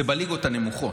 הוא בליגות הנמוכות.